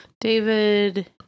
David